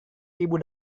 ibu